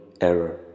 error